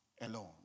alone